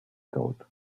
thought